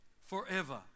forever